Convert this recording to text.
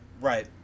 Right